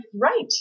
Right